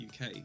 UK